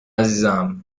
عزیزم